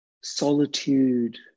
solitude